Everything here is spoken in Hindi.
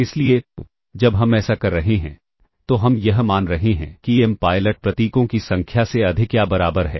इसलिए जब हम ऐसा कर रहे हैं तो हम यह मान रहे हैं कि m पायलट प्रतीकों की संख्या से अधिक या बराबर है